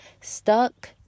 stuck